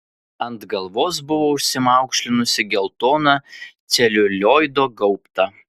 ant galvos buvo užsimaukšlinusi geltoną celiulioido gaubtą